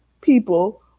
people